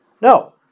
No